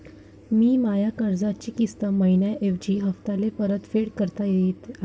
मी माया कर्जाची किस्त मइन्याऐवजी हप्त्याले परतफेड करत आहे